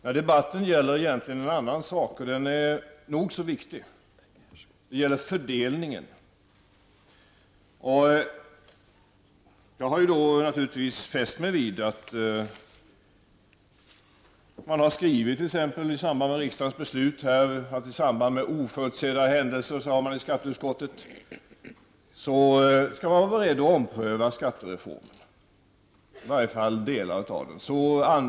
Men debatten gäller egentligen en annan sak, som är nog så viktig. Det handlar om fördelningen. Jag har naturligtvis fäst mig vid att det står skrivit -- det är då fråga om skatteutskottet -- t.ex. när det gäller riksdagens beslut att man i samband med oförutsedda händelser är beredd att ompröva skattereformen, i varje fall delar av den.